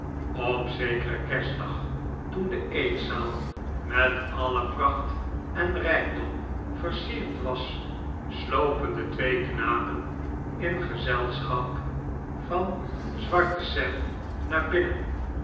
op zekeren kerstdag toen de eetzaal met alle pracht en rijkdom versierd was slopen de twee knapen in gezelschap van zwarte sam daar binnen